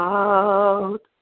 out